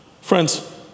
Friends